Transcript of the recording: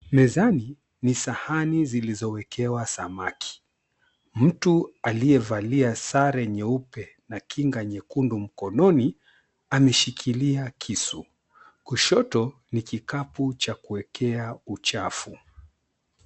Mezani ni sahani zilizowekewa samaki. Mtu aliyevalia sare nyeupe na kinga nyekundu mkononi ameshikilia kisu. Kushoto ni kikapu cha kuwekea uchafu.